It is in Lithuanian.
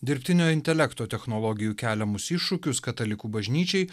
dirbtinio intelekto technologijų keliamus iššūkius katalikų bažnyčiai